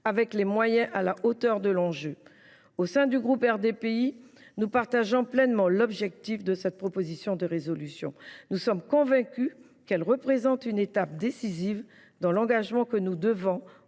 avec des moyens à la hauteur de l’enjeu. Au sein du groupe RDPI, nous partageons pleinement l’objectif de cette proposition de résolution. Nous sommes convaincus qu’elle représente une étape décisive dans l’engagement que nous devons